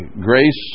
grace